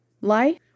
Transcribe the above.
life